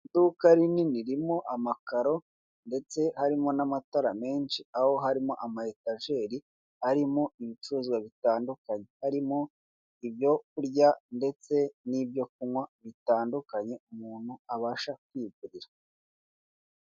Iduka rinini ririmo amakaro ndetse harimo n'amatara menshi, aho harimo ama etajeri arimo ibicuruzwa bitandukanye, arimo ibyo kurya ndetse n'ibyo kunywa bitandukanye umuntu abasha kwigurira.